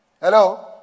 Hello